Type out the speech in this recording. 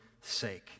sake